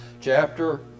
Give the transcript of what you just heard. Chapter